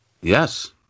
Yes